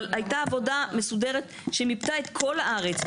אבל הייתה עבודה מסודרת שמיפתה את כל הארץ.